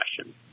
question